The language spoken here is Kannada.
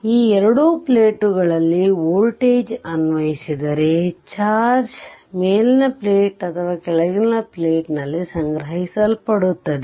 ಮತ್ತು ಈ ಎರಡು ಪ್ಲೇಟ್ಗಳಲ್ಲಿ ವೋಲ್ಟೇಜ್ ಅನ್ವಯಿಸಿದರೆ ಚಾರ್ಜ್ ಮೇಲಿನ ಪ್ಲೇಟ್ ಅಥವಾ ಕೆಳಗಿನ ಪ್ಲೇಟ್ ನಲ್ಲಿ ಸಂಗ್ರಹಿಸಲ್ಪಡುತ್ತದೆ